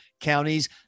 counties